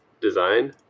design